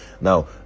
Now